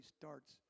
starts